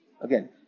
Again